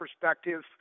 perspective